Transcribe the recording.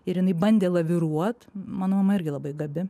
ir jinai bandė laviruot mano mama irgi labai gabi